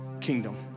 kingdom